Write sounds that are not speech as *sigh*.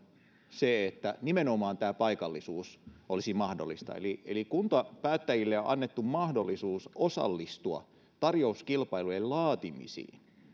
se että nimenomaan tämä paikallisuus olisi mahdollista eli eli kuntapäättäjille on on annettu mahdollisuus osallistua tarjouskilpailujen laatimisiin *unintelligible*